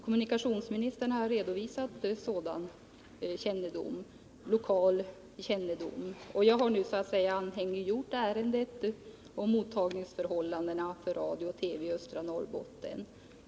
Kommunikationsministerns svar har varit vaga och undvikande och inte visat någon större förståelse för människorna på berörda orter.